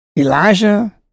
Elijah